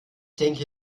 denke